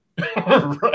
Right